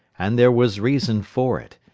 and there was reason for it.